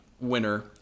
winner